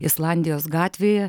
islandijos gatvėje